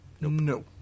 No